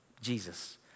Jesus